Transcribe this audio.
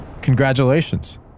congratulations